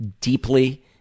deeply